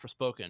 Forspoken